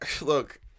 Look